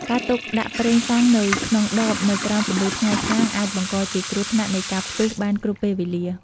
ការទុកដាក់ប្រេងសាំងនៅក្នុងដបនៅក្រោមពន្លឺថ្ងៃខ្លាំងអាចបង្កជាគ្រោះថ្នាក់នៃការផ្ទុះបានគ្រប់ពេលវេលា។